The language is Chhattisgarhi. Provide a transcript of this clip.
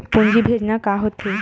पूंजी भेजना का होथे?